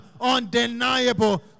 undeniable